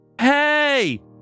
hey